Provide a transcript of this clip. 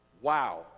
Wow